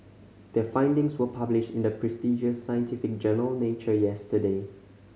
their findings were published in the prestigious scientific journal Nature yesterday